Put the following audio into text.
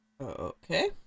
Okay